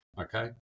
Okay